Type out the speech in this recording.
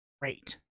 great